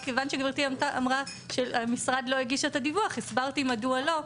רק כיוון שגברתי אמרה שהמשרד לא הגיש את הדיווח הסברתי מדוע לא.